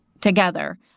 together